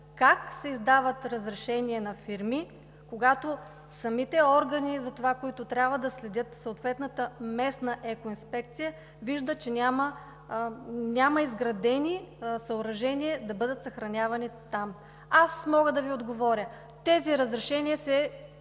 как се издават разрешения на фирми, когато самите органи, които трябва да следят, съответната местна екоинспекция вижда, че няма изградени съоръжения да бъдат съхранявани там? Аз мога да Ви отговоря: тези разрешения се